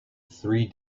three